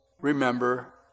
remember